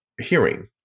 hearing